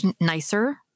nicer